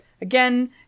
Again